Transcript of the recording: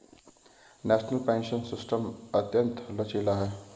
national pension system अत्यंत लचीला है